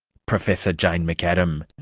professor jane mcadam.